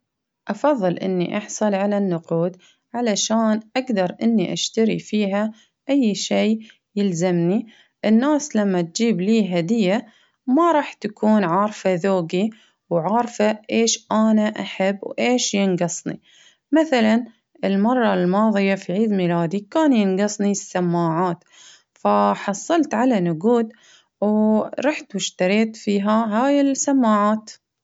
أفظل إني أحصل على النقود، علشان أقدر إني أشتري فيها أي شي يلزمني، الناس لما تجيب لي هدية ما راح تكون عارفة ذوقي، وعارفة إيش أنا أحب ،وإيش ينقصني، مثلا المرة الماضية في عيد كان ينقصني السماعات، فحصلت على نقود، ورحت وأشتريت فيها هاي السماعات.